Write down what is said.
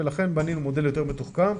לכן בנינו מודל יותר מתוחכם.